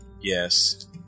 yes